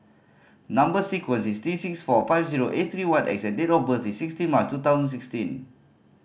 number sequence is T six four five zero eight three one X and date of birth is sixteen March two thousand and sixteen